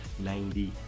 90